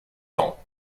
ans